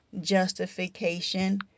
justification